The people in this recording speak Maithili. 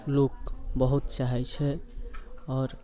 लोक बहुत चाहै छै आओर